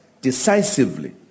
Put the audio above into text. decisively